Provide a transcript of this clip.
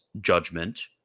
judgment